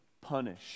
punish